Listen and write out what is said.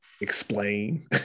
explain